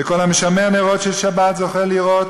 וכל המשמר נרות שבת זוכה לראות